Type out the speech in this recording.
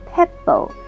Pebble